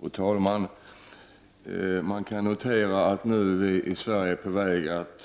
Fru talman! Man kan notera att Sverige nu är på väg att